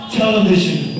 television